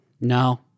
No